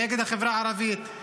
נגד החברה הערבית,